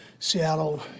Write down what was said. Seattle